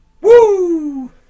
Woo